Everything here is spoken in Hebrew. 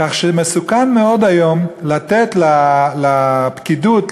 כך שמסוכן מאוד היום לתת לפקידות,